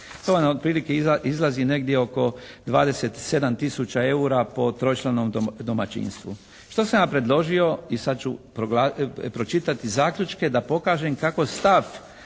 To vam otprilike izlazi negdje oko 27 tisuća eura po tročlanom domaćinstvu. Što sam ja predložio i sad ću pročitati zaključke da pokažem kako stav